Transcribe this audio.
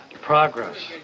Progress